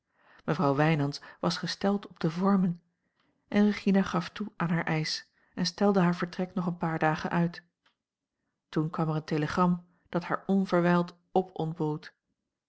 mevrouw wijnands was gesteld op de vormen en regina gaf toe aan haar eisch en stelde haar vertrek nog een paar dagen uit toen kwam er een telegram dat haar onverwijld opontbood